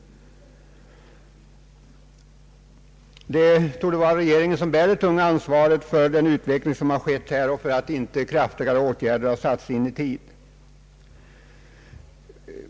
Det torde vara regeringen som bär det tunga ansvaret för den utveckling som har skett och för att inte kraftigare åtgärder har satts in i tid.